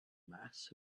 mass